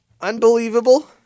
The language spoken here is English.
Unbelievable